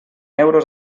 euros